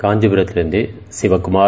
காஞ்சிபூத்திலிருந்து Sivakumar